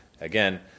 again